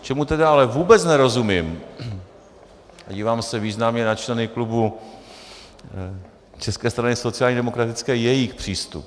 Čemu ale vůbec nerozumím, a dívám se významně na členy klubu České strany sociálně demokratické, je jejich přístup.